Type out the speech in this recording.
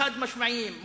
חד-משמעיים,